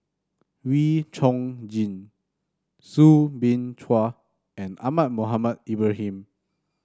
Wee Chong Jin Soo Bin Chua and Ahmad Mohamed Ibrahim